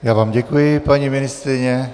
Já vám děkuji, paní ministryně .